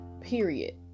period